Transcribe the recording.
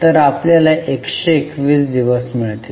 तर आपल्याला 121 दिवस मिळतील